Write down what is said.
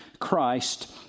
Christ